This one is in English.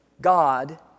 God